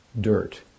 dirt